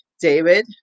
David